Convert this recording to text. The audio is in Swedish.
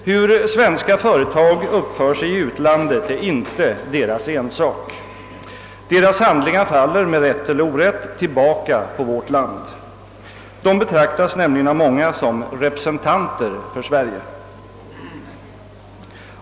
Hur svenska företag uppför sig i utlandet är inte deras ensak. Deras handlingar faller, med rätt eller orätt, tillbaka på vårt land. De betraktas nämligen av många som representanter för Sverige.